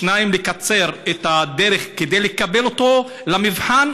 2. לקצר את הדרך כדי לקבל אותו למבחן,